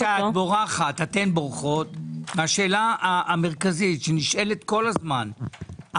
לב שאתן בורחות מהשאלה המרכזית שנשאלת כל הזמן,